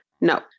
No